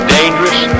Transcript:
dangerous